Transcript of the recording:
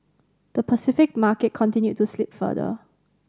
the Pacific market continued to slip further